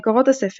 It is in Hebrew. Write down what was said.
מקורות הספר